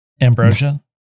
Ambrosia